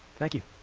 thank you.